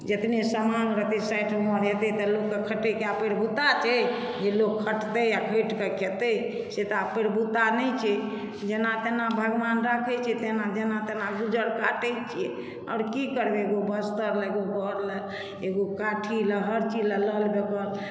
जतने समाङ्ग रहतै साठि उमर हेतै तऽ आब लोकके खटैके बुत्ता छै जे लोक खटतै आओर खटिके खेतै से तऽ आब बुता नहि छै जेना तेना भगवान राखैत छै तेना जेना तेना गुजर काटैत छियै आओर कि करबै एगो वस्त्र लेल एगो घर लेल एगो काठी लेल हरचीज लेल लल बेकल